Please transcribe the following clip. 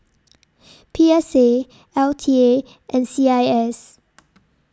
P S A L T A and C I S